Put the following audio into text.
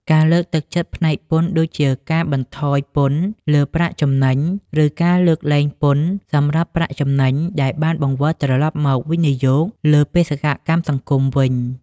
ការលើកទឹកចិត្តផ្នែកពន្ធដូចជាការបន្ថយពន្ធលើប្រាក់ចំណេញ ឬការលើកលែងពន្ធសម្រាប់ប្រាក់ចំណេញដែលបានបង្វិលត្រឡប់មកវិនិយោគលើបេសកកម្មសង្គមវិញ។